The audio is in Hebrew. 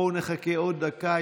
בואו נחכה עוד דקה.